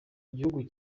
gihugu